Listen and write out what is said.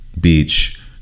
beach